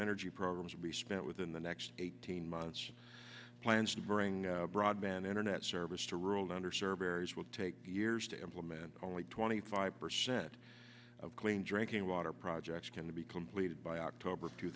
energy programs would be spent within the next eighteen months plans to bring broadband internet service to rural under served areas will take years to implement only twenty five percent of clean drinking water projects can be completed by october of two